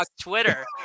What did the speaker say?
twitter